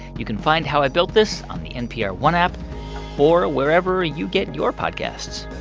you can find how i built this on the npr one app or wherever you get your podcasts